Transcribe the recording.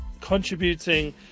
contributing